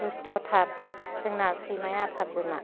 दुस्थथार जोंना सैमाया टारजोना